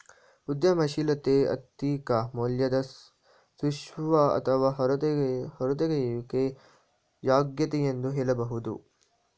ಉದ್ಯಮಶೀಲತೆ ಆರ್ಥಿಕ ಮೌಲ್ಯದ ಸೃಷ್ಟಿ ಅಥವಾ ಹೂರತೆಗೆಯುವಿಕೆ ಯಾಗೈತೆ ಎಂದು ಹೇಳಬಹುದು